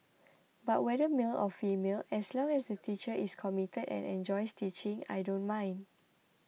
but whether male or female as long as the teacher is committed and enjoys teaching I don't mind